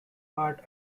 art